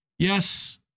Yes